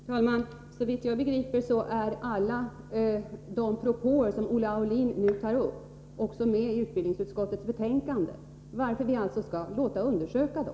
Herr talman! Såvitt jag kan begripa är alla de propåer som Olle Aulin nu tar upp med i utbildningsutskottets betänkande, varför de alltså kommer att undersökas.